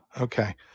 okay